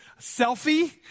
Selfie